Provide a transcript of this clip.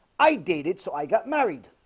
i dated so i got married.